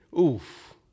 Oof